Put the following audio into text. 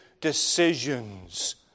decisions